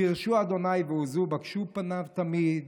דרשו ה' ועוזו, בקשו פניו תמיד.